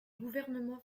gouvernements